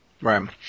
Right